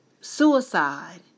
suicide